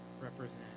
represent